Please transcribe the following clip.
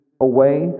away